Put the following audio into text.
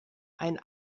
ein